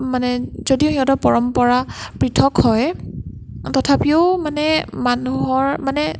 মানে যদিও সিহঁতৰ পৰম্পৰা পৃথক হয় তথাপিও মানে মানুহৰ মানে